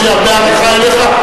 יש לי הרבה הערכה אליך,